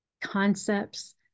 concepts